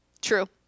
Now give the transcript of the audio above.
True